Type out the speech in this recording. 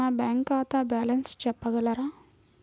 నా బ్యాంక్ ఖాతా బ్యాలెన్స్ చెప్పగలరా?